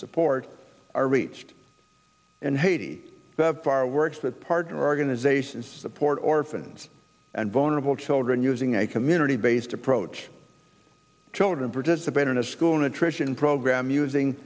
support are reached in haiti the fireworks that part of organizations support orphans and vulnerable children using a community based approach children participate in a school nutrition program using